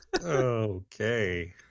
Okay